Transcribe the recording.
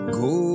go